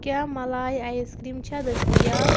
کیٛاہ ملایہٕ ایِس کرٛیٖمہٕ چھےٚ دٔستیاب